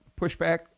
pushback